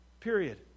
period